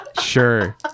sure